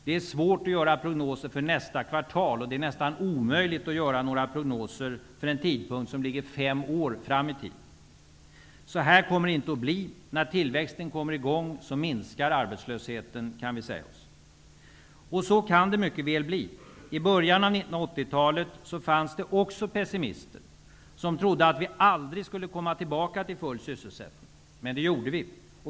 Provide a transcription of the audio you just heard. Det är svårt att göra prognoser för nästa kvartal, och det är nästan omöjligt att göra prognoser för en tidpunkt som ligger fem år framåt i tiden. Så här kommer det inte att bli. När tillväxten kommer i gång minskar arbetslösheten, kan vi säga oss. Så kan det mycket väl bli. I början av 1980-talet fanns det också pessimister som trodde att vi aldrig skulle komma tillbaka till full sysselsättning. Men det gjorde vi.